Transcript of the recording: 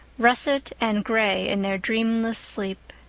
russet and gray in their dreamless sleep.